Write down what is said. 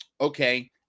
Okay